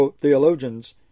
theologians